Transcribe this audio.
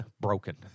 broken